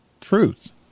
Truth